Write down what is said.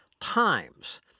times